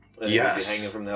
Yes